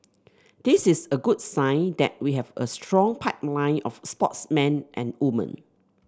this is a good sign that we have a strong pipeline of sportsmen and woman